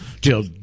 till